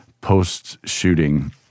post-shooting